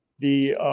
the